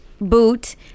boot